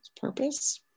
purpose